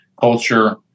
culture